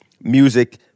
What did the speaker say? music